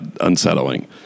unsettling